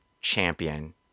Champion